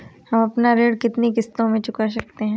हम अपना ऋण कितनी किश्तों में चुका सकते हैं?